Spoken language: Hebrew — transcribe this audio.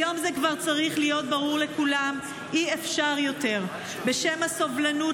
היום זה כבר צריך להיות ברור לכולם: אי-אפשר יותר בשם הסובלנות